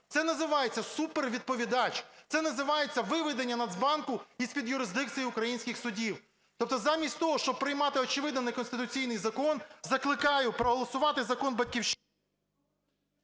Це називається супервідповідач. Це називається виведення Нацбанку з-під юрисдикції українських судів. Тобто замість того, щоб приймати очевидно неконституційний закон, закликаю проголосувати закон… ГОЛОВУЮЧИЙ.